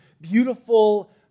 beautiful